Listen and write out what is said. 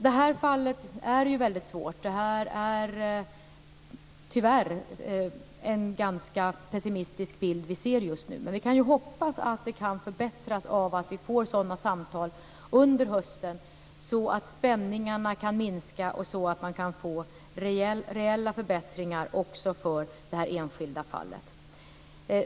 Det här fallet är väldigt svårt. Det är tyvärr en ganska pessimistisk bild som vi ser just nu. Men vi kan ju hoppas att den kan förbättras av att vi får sådana samtal under hösten, så att spänningarna kan minska och så att man kan få reella förbättringar också för detta enskilda fall.